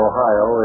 Ohio